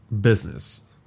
business